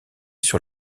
sur